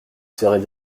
serait